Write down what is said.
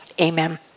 amen